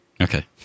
Okay